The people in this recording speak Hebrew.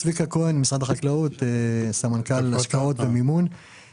אני סמנכ"ל השקעות ומימון במשרד החקלאות.